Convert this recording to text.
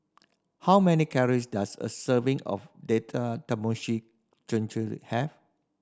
how many calories does a serving of Date have